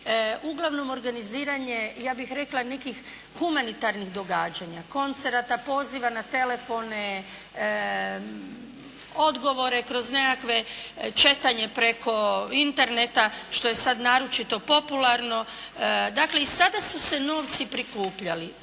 uglavnom organiziranje ja bih rekla nekih humanitarnih događanja, koncerata, poziva na telefone, odgovore kroz nekakve, čekanje preko interneta što je sad naročito popularno. Dakle i sada su se novci prikupljali.